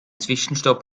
zwischenstopp